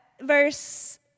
verse